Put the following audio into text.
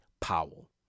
Powell